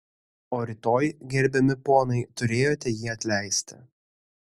o rytoj gerbiami ponai turėjote jį atleisti